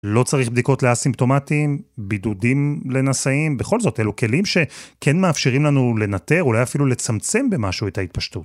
לא צריך בדיקות לאסימפטומטיים, בידודים לנשאים, בכל זאת, אלו כלים שכן מאפשרים לנו לנטר, אולי אפילו לצמצם במשהו את ההתפשטות.